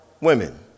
women